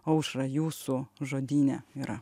aušra jūsų žodyne yra